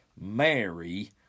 Mary